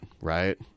right